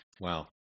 Wow